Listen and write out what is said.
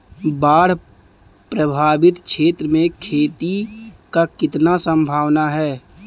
बाढ़ प्रभावित क्षेत्र में खेती क कितना सम्भावना हैं?